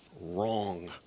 wrong